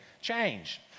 change